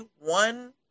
one